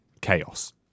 chaos